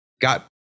got